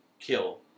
kill